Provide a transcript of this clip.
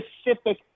specific